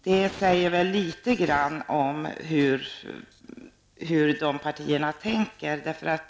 Det säger litet grand om hur man tänker i de partierna.